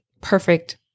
perfect